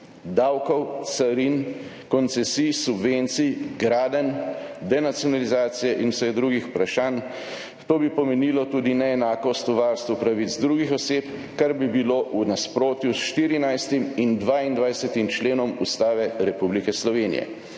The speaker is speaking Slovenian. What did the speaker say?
davkov, carin, koncesij, subvencij, gradenj, denacionalizacije in vseh drugih vprašanj. To bi pomenilo tudi neenakost v varstvu pravic drugih oseb, kar bi bilo v nasprotju s 14. in 22. členom Ustave Republike Slovenije.